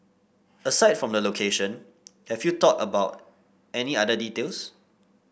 aside from the location have you thought about any other details